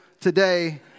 today